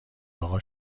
اقا